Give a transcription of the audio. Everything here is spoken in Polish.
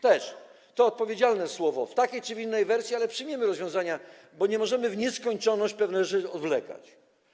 To odpowiedzialne słowo, w takiej czy w innej wersji, ale przyjmijmy rozwiązania, bo nie możemy w nieskończoność pewnych rzeczy odwlekać.